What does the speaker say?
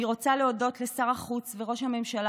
אני רוצה להודות לשר החוץ וראש הממשלה